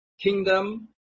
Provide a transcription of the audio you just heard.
kingdom